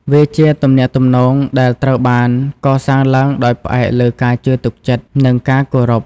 វាជាទំនាក់ទំនងដែលត្រូវបានកសាងឡើងដោយផ្អែកលើការជឿទុកចិត្ត និងការគោរព។